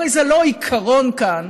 הרי זה לא עיקרון כאן,